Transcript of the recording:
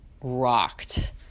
rocked